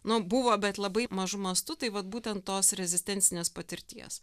nu buvo bet labai mažu mastu tai vat būtent tos rezistencinės patirties